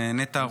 לנטע,